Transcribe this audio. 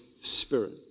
spirit